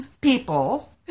people